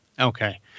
Okay